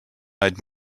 eyed